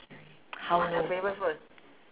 how no